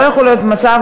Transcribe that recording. לא יכול להיות מצב,